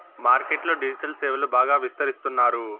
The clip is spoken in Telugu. మార్కెట్ లో డిజిటల్ సేవలు బాగా విస్తరిస్తున్నారు